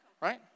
Right